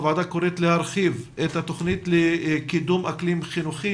הוועדה קוראת להרחיב את התוכנית לקידום אקלים חינוכי